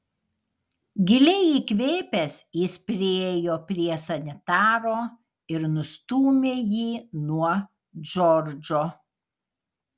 giliai įkvėpęs jis priėjo prie sanitaro ir nustūmė jį nuo džordžo